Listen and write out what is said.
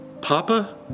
Papa